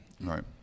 Right